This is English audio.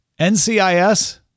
NCIS